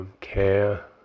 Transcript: Care